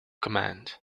command